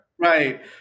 right